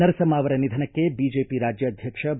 ನರಸಮ್ಮ ಅವರ ನಿಧನಕ್ಕೆ ಬಿಜೆಪಿ ರಾಜ್ಯಾಧ್ವಕ್ಷ ಬಿ